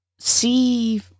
see